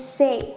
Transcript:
say